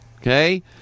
Okay